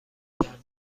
کرده